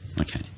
okay